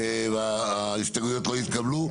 ההסתייגויות לא התקבלו.